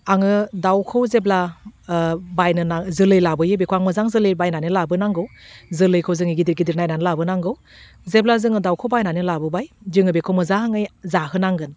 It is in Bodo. आङो दाउखौ जेब्ला बायनानै जोलै लाबोयो बेखौ आं मोजां जोलै बायनानै लाबोनांगौ जोलैखौ जोङो गिदिर गिदिर नायनानै लाबोनांगौ जेब्ला जोङो दाउखौ बायनानै लाबोबाय जोङो बेखौ मोजाङै जाहोनांगोन